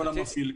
לכל המפעילים.